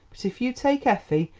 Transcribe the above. but if you take effie,